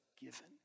given